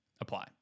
apply